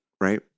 right